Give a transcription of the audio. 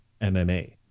mma